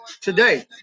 today